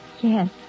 Yes